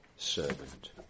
Servant